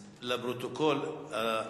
לפרוטוקול.